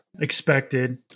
expected